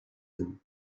him